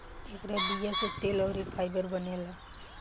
एकरा बीया से तेल अउरी फाइबर बनेला